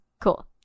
cool